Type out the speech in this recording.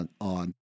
on